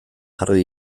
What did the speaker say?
jarri